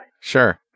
Sure